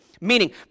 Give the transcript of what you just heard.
meaning